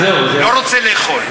לא רוצה לאכול.